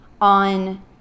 on